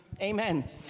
amen